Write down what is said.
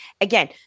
again